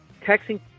texting